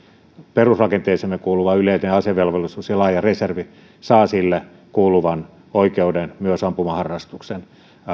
perusrakenteisiin kuuluva yleinen asevelvollisuus ja laaja reservi saa sille kuuluvan oikeuden myös ampumaharrastuksen